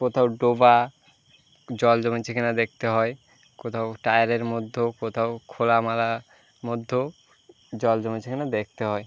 কোথাও ডোবা জল জমেছে কি না দেখতে হয় কোথাও টায়ারের মধ্যেও কোথাও খোলামেলা মধ্যেও জল জমেছে কি না দেখতে হয়